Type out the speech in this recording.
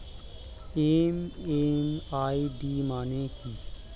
MMID মানে কি?